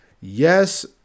Yes